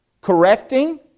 correcting